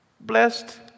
blessed